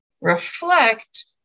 reflect